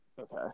Okay